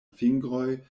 fingroj